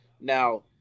Now